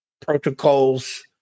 protocols